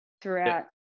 throughout